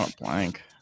blank